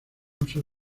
usar